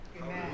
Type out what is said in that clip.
Amen